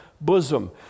bosom